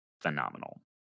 phenomenal